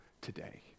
today